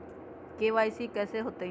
KYC कैसे होतई?